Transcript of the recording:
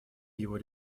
его